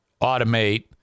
automate